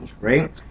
right